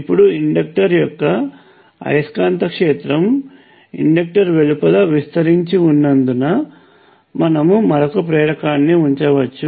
ఇప్పుడు ఇండక్టర్ యొక్క అయస్కాంత క్షేత్రం ఇండక్టర్ వెలుపల విస్తరించి ఉన్నందున మనము మరొక ప్రేరకాన్ని ఉంచవచ్చు